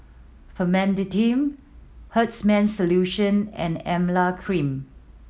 Famotidine Hartman's Solution and Emla Cream